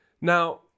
Now